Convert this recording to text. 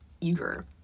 eager